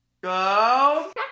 Go